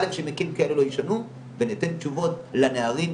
כדי שמקרים כאלה לא יישנו וניתן תשובות לנערים,